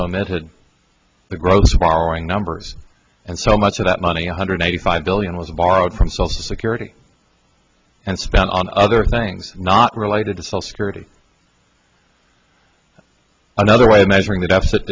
omitted the gross borrowing numbers and so much of that money one hundred eighty five billion was borrowed from social security and spent on other things not related to sell security another way of measuring the deficit